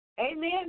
Amen